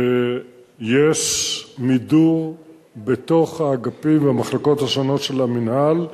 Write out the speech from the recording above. יש מידור בתוך האגפים והמחלקות השונות של המינהל,